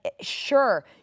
sure